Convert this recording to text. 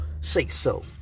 say-so